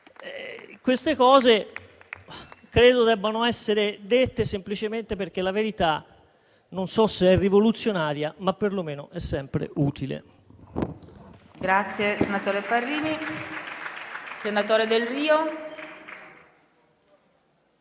Queste cose credo debbano essere dette semplicemente perché la verità non so se è rivoluzionaria, ma perlomeno è sempre utile.